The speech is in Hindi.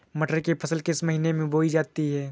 मटर की फसल किस महीने में बोई जाती है?